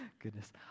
goodness